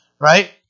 right